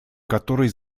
которой